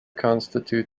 constitute